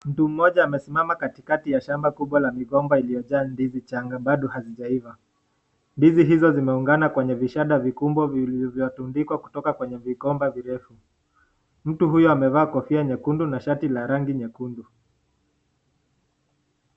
Mtu mmoja amesimama katikati ya shamba kubwa la migomba iliyojaa ndizi changa bado hazijaiva. Ndizi hizo zimeugana kwenye vishada vikubwa vilivyotundikwa kutoka kwenye vigomba virefu. Mtu huyo amevaa kofia nyekundu na shati la rangi nyekundu.